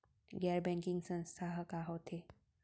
गैर बैंकिंग संस्था ह का होथे?